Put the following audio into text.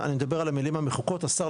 אני מדבר על המילים המחוקות: "השר,